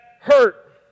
hurt